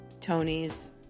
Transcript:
Tonys